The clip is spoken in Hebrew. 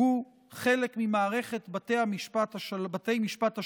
שהוא חלק ממערכת בתי משפט השלום,